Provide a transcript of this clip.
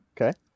Okay